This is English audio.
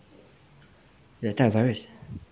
a type of virus